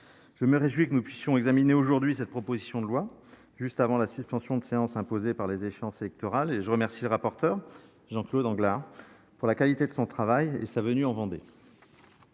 Je me réjouis que nous puissions examiner aujourd'hui cette proposition de loi, juste avant la suspension de séance imposée par les échéances électorales, et je remercie le rapporteur, Jean-Claude Anglars, autant de la qualité de son travail que d'être venu en Vendée.